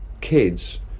kids